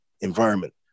environment